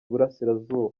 iburasirazuba